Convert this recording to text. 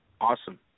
Awesome